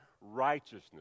righteousness